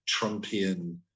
trumpian